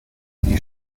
die